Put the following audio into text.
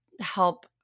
help